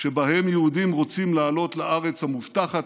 שבהן יהודים שרוצים לעלות לארץ המובטחת,